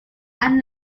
and